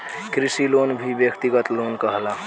कृषि लोन भी व्यक्तिगत लोन कहाला